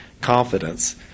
confidence